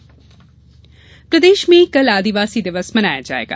आदिवासी दिवस प्रदेश में कल आदिवासी दिवस मनाया जायेगा